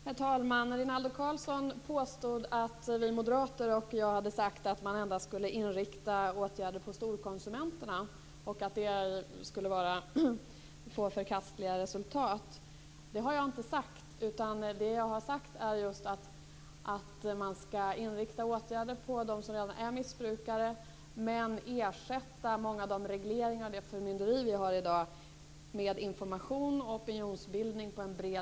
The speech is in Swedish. Herr talman! Rinaldo Karlsson påstod att vi moderater och jag själv hade sagt att man endast skulle inrikta åtgärder på storkonsumenterna, och att det skulle få förkastliga resultat. Det har jag inte sagt. Det jag har sagt är att man skall inrikta åtgärder mot dem som redan är missbrukare men ersätta många av de regleringar och mycket av det förmynderi som vi har i dag med information och opinionsbildning på en bred linje.